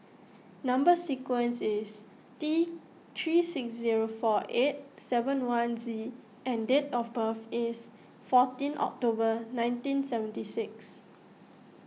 Number Sequence is T three six zero four eight seven one Z and date of birth is fourteen October nineteen seventy six